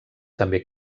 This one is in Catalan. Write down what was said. també